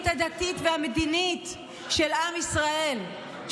הדתית והמדינית של עם ישראל,